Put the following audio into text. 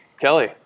Kelly